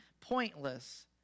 pointless